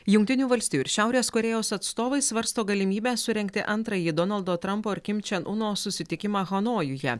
jungtinių valstijų ir šiaurės korėjos atstovai svarsto galimybę surengti antrąjį donaldo trampo ir kim čen uno susitikimą hanojuje